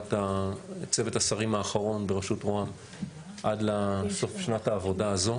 בישיבת צוות השרים האחרונה בראשות ראש הממשלה עד לסוף שנת העבודה הזאת.